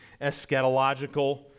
eschatological